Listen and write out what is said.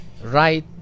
right